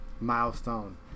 milestone